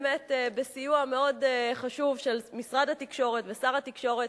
באמת בסיוע מאוד חשוב של משרד התקשורת ושר התקשורת,